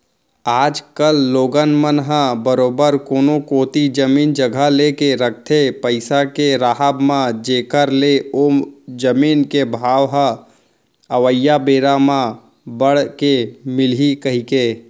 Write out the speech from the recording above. आज कल लोगन मन ह बरोबर कोनो कोती जमीन जघा लेके रखथे पइसा के राहब म जेखर ले ओ जमीन के भाव ह अवइया बेरा म बड़ के मिलही कहिके